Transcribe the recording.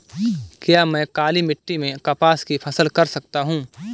क्या मैं काली मिट्टी में कपास की फसल कर सकता हूँ?